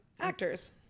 Actors